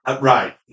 Right